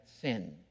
sin